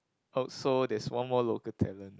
oh so there's one more local talent